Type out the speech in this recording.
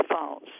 Falls